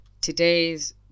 Today's